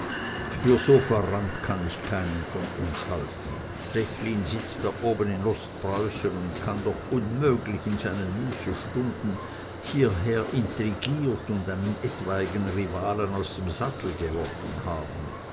für so verrannt kann ich keinen von uns halten stechlin sitzt da oben in ostpreußen und kann doch unmöglich in seinen mußestunden hierher intrigiert und einen etwaigen rivalen aus dem sattel geworfen haben